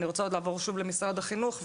אני רוצה לעבור שוב למשרד החינוך,